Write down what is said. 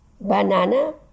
banana